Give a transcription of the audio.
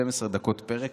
12 דקות לפרק.